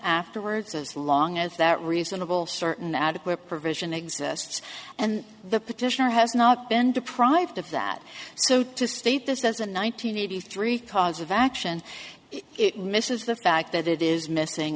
afterwards as long as that reasonable certain adequate provision exists and the petitioner has not been deprived of that so to state this doesn't one nine hundred eighty three cause of action it misses the fact that it is missing